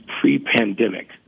pre-pandemic